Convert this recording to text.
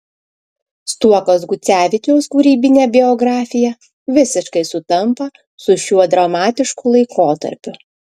stuokos gucevičiaus kūrybinė biografija visiškai sutampa su šiuo dramatišku laikotarpiu